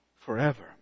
forever